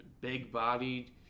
Big-bodied